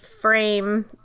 frame